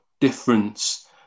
difference